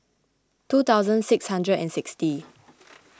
two thousand six hundred and sixty